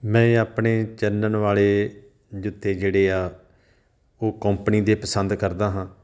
ਮੈਂ ਆਪਣੇ ਚੱਲਣ ਵਾਲੇ ਜੁੱਤੇ ਜਿਹੜੇ ਆ ਉਹ ਕੌਂਪਨੀ ਦੇ ਪਸੰਦ ਕਰਦਾ ਹਾਂ